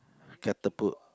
catapult